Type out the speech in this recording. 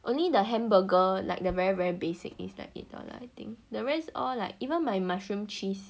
only the hamburger like the very very basic is like eight dollar I think the rest all like even my mushroom cheese